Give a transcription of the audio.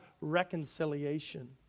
reconciliation